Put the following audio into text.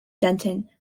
denton